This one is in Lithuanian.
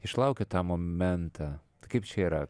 išlaukia tą momentą t kaip čia yra